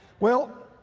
well,